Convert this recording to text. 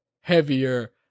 heavier